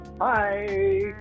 hi